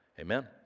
amen